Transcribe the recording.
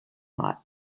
lot